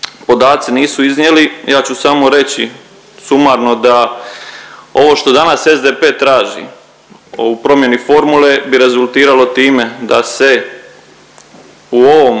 podaci nisu iznijeli ja ću samo reći sumarno da ovo što danas SDP traži o promjeni formule bi rezultiralo time da se u ovom